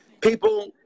People